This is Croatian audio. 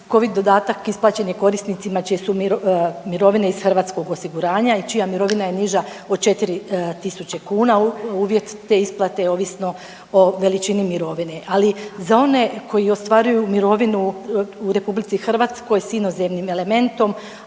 Covid dodatak isplaćen je korisnicima čije su mirovine iz hrvatskog osiguranja i čija mirovina je niža od 4.000 kuna. Uvjet te isplate je ovisno o veličini mirovine, ali za one koji ostvaruju mirovinu u RH s inozemnim elementom